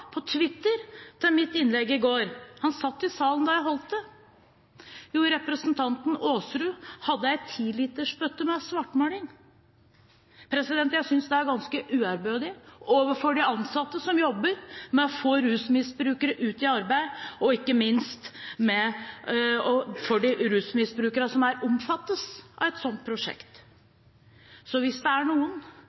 på Twitter til mitt innlegg i går? Han satt i salen da jeg holdt det. Jo, det var at representanten Aasrud hadde en tilitersbøtte med svartmaling. Jeg synes det er ganske uærbødig overfor de ansatte som jobber med å få rusmisbrukere ut i arbeid, og ikke minst overfor rusmisbrukerne som omfattes av et sånt prosjekt. Så hvis det er noen